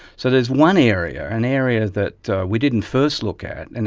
so there's one area, an area that we didn't first look at, and